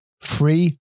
free